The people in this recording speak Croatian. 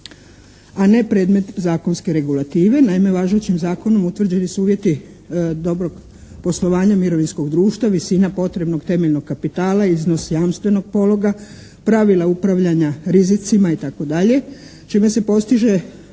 a ne predmet zakonske regulative. Naime važećim zakonom utvrđeni su uvjeti dobrog poslovanja mirovinskog društva, visina potrebnog temeljnog kapitala, iznos jamstvenog pologa, pravila upravljanja rizicima i tako dalje čime se postiže